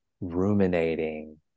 ruminating